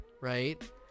right